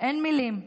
אין מילים.